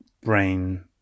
brain